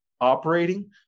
operating